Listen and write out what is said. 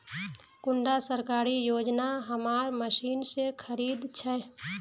कुंडा सरकारी योजना हमार मशीन से खरीद छै?